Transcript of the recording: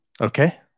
Okay